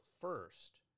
first